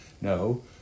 No